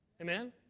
Amen